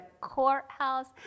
courthouse